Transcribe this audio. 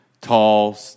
Tall